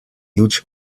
huge